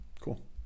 cool